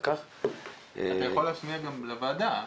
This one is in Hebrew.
כך --- אתה יכול להשמיע גם לוועדה.